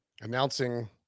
Announcing